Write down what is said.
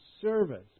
service